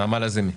נעמה לזימי.